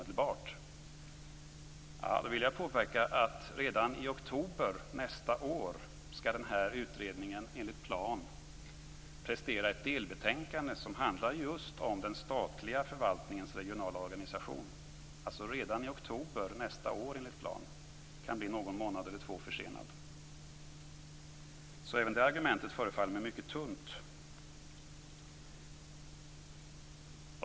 Då vill jag påpeka att redan i oktober nästa år skall utredningen enligt planen prestera ett delbetänkande som handlar just om den statliga förvaltningens regionala organisation - alltså redan i oktober nästa år, det kan bli en eller annan månads försening. Även detta argument förefaller mig mycket tunt.